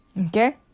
okay